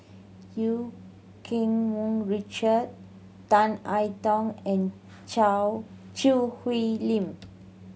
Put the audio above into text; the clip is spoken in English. Eu Keng Mun Richard Tan I Tong and Choo Hwee Lim